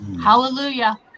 Hallelujah